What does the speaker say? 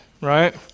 right